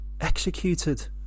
executed